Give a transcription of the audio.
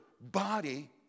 body